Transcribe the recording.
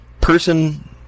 person